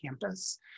campus